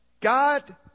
God